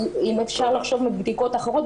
אם אפשר לחשוב מבדיקות אחרות,